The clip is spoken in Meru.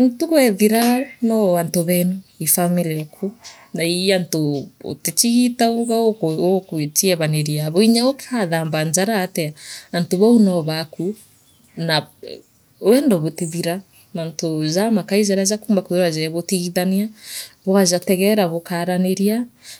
ntu ntuku eethira noo antu benu ii family eka naa antu bu utichigitaa uga ug ugaa uguchie baniriabo nyaukathamba njara atia antu bau no baaka na mw wondo butithiraa mantuu jamakai jaria jakumba kwithira jakibutigithania buugajatera buukaaraniria.